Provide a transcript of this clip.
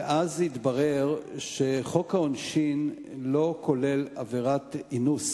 ואז התברר שחוק העונשין לא כולל עבירת אינוס